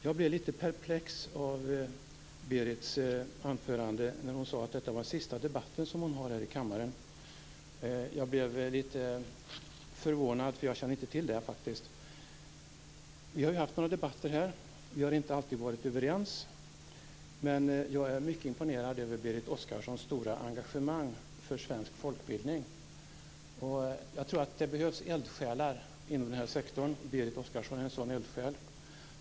Jag blev litet perplex när Berit Oscarsson i sitt anförande sade att detta är den sista debatt hon deltar i i kammaren. Jag blev litet förvånad, för jag kände faktiskt inte till det. Vi har haft några debatter här. Vi har inte alltid varit överens, men jag är mycket imponerad över Berit Oscarssons stora engagemang för svensk folkbildning. Jag tror att det behövs eldsjälar inom denna sektor. Berit Oscarsson är en sådan eldsjäl.